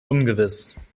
ungewiss